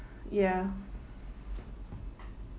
ya